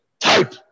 Type